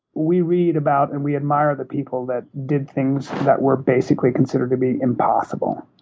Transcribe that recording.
we read about and we admire the people that did things that were basically considered to be impossible.